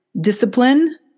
discipline